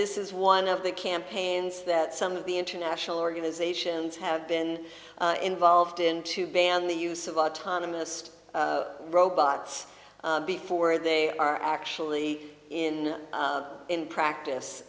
this is one of the campaigns that some of the international organizations have been involved in to ban the use of autonomy list robots before they are actually in in practice